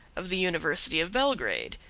of the university of belgrade,